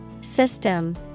System